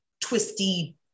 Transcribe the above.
twisty